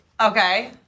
Okay